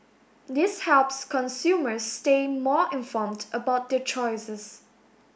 this helps consumers stay more informed about their choices